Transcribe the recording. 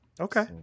Okay